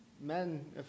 men